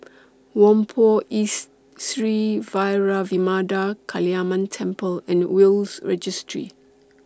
Whampoa East Sri Vairavimada Kaliamman Temple and Will's Registry